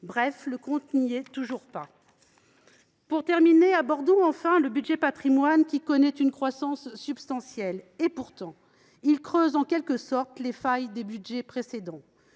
Bref, le compte n’y est pas… Pour terminer, abordons le budget du programme « Patrimoines », qui connaît une croissance substantielle. Pourtant, il creuse, en quelque sorte, les failles des budgets précédents.